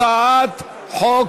הצעת חוק